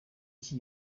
iki